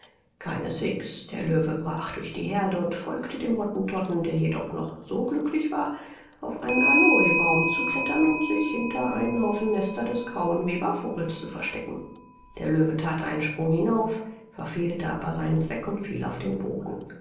keineswegs der löwe brach durch die heerde und folgte dem hottentotten der jedoch noch so glücklich war auf einen aloebaum zu klettern und sich hinter einen haufen nester des grauen webervogels zu verstecken der löwe that einen sprung hinauf verfehlte aber seinen zweck und fiel auf den boden